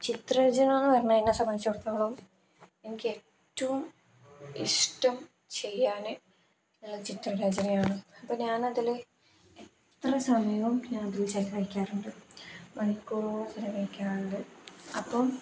ചിത്രരചന എന്ന് പറഞ്ഞുകഴിഞ്ഞാൽ എന്നെ സംബന്ധിച്ചിടത്തോളം എനിക്ക് ഏറ്റവും ഇഷ്ടം ചെയ്യാൻ എന്നുള്ളത് ചിത്രരചനയാണ് അപ്പം ഞാനതിൽ എത്ര സമയവും ഞാനതിൽ ചെലവഴിക്കാറുണ്ട് മണിക്കൂറോളം ചെലവഴിക്കാറുണ്ട് അപ്പം